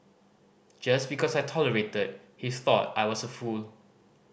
just because I tolerated he thought I was a fool